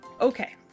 Okay